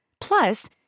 Plus